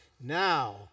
Now